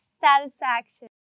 satisfaction